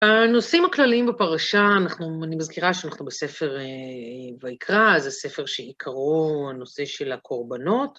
הנושאים הכלליים בפרשה, אנחנו, אני מזכירה שאנחנו בספר ויקרא, זה ספר שעיקרו הנושא של הקורבנות.